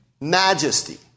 majesty